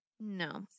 No